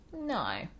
no